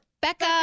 Becca